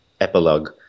epilogue